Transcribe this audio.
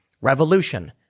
Revolution